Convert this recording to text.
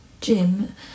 Jim